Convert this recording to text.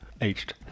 aged